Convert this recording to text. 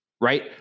right